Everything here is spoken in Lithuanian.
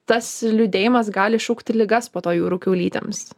tas liūdėjimas gali iššaukti ligas po to jūrų kiaulytėms